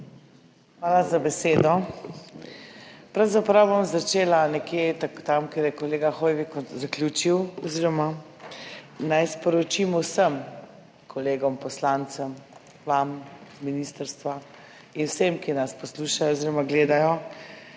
Hvala za besedo. Pravzaprav bom začela nekje tam, kjer je kolega Hoivik zaključil oziroma naj sporočim vsem kolegom poslancem, vam z ministrstva in vsem, ki nas poslušajo oziroma gledajo,